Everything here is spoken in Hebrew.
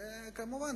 וכמובן,